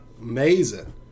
amazing